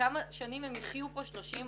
יחיו כאן - 30,